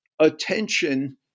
attention